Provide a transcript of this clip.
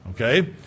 Okay